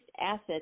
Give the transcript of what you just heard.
assets